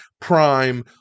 Prime